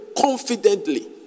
confidently